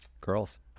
Girls